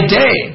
day